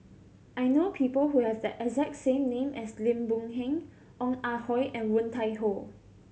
I know people who have the exact same name as Lim Boon Heng Ong Ah Hoi and Woon Tai Ho